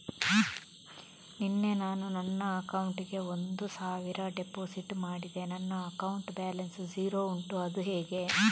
ನಿನ್ನೆ ನಾನು ನನ್ನ ಅಕೌಂಟಿಗೆ ಒಂದು ಸಾವಿರ ಡೆಪೋಸಿಟ್ ಮಾಡಿದೆ ನನ್ನ ಅಕೌಂಟ್ ಬ್ಯಾಲೆನ್ಸ್ ಝೀರೋ ಉಂಟು ಅದು ಹೇಗೆ?